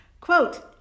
Quote